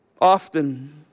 often